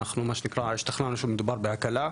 השתכנענו שמדובר בהקלה.